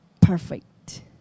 perfect